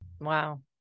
Wow